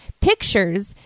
pictures